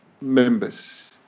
members